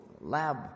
lab